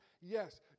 Yes